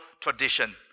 tradition